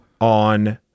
on